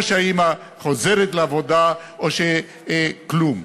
או שהאימא חוזרת לעבודה או שכלום.